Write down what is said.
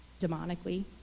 demonically